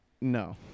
No